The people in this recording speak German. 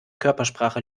körpersprache